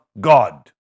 God